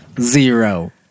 zero